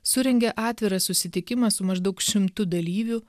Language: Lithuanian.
surengė atvirą susitikimą su maždaug šimtu dalyviu